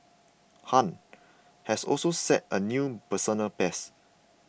Han has also set a new personal best